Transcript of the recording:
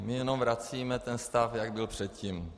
My jenom vracíme ten stav, jak byl předtím.